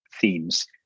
themes